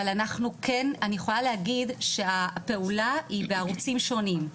אבל כן אני יכולה להגיד שהפעולה היא בערוצים שונים.